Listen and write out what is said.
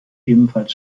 ebenfalls